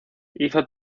hizo